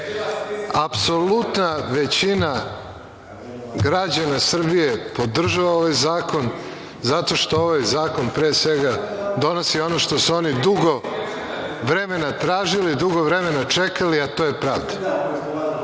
Apsolutna većina građana Srbije podržava ovaj zakon zato što ovaj zakon, pre svega, donosi ono što su oni dugo vremena tražili, dugo vremena čekali, a to je pravda. Zadatak